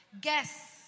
Guess